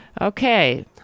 Okay